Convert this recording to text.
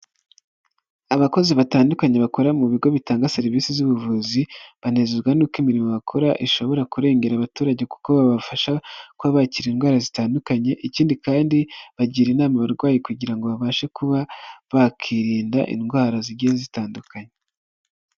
Abakozi batandukanye bakora mu bigo bitanga serivisi z'ubuvuzi, banezezwa nuko imirimo bakora ishobora kurengera abaturage kuko babafasha kuba bakira indwara zitandukanye, ikindi kandi bagira inama abarwayi kugira ngo babashe kuba bakirinda indwara zigiye zitandukanye.